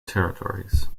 territories